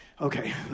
Okay